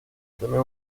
tener